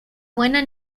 buena